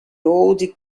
old